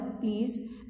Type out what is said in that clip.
please